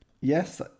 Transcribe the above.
yes